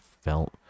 felt